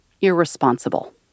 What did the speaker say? irresponsible